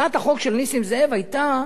הצעת החוק של נסים זאב היתה,